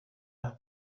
برای